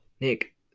Nick